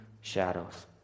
shadows